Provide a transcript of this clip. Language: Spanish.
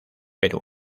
perú